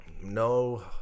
No